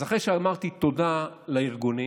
אז אחרי שאמרתי תודה לארגונים,